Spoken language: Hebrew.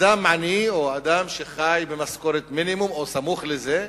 אדם עני או אדם שחי ממשכורת מינימום או סמוך לזה,